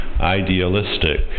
idealistic